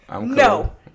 no